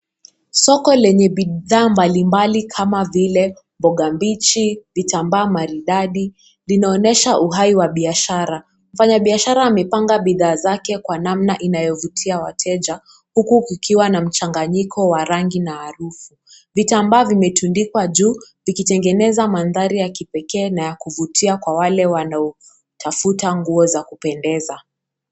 Soko lenye bidhaa mbalimbali kama vile mboga mbichi, vitambaa maridadi vinaonyesha uhai wa biashara. Mfanyibiashara amepanga bidhaa zake kwa namna inayovutia wateja huku kukiwa na mchanganyiko wa rangi na harufu. Vitambaa vimetundikwa juu, vikitengeneza mandhari ya kipekee na ya kuvutia kwa wale wanaotafuta nguo za kupendeza.